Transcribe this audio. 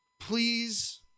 please